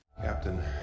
Captain